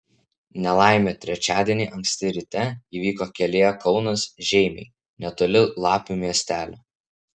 nelaimė trečiadienį anksti ryte įvyko kelyje kaunas žeimiai netoli lapių miestelio